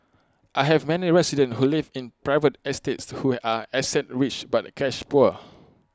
I have many residents who live in private estates who are asset rich but cash poor